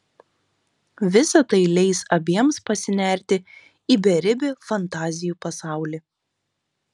visa tai leis abiems pasinerti į beribį fantazijų pasaulį